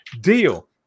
deal